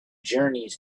journeys